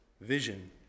vision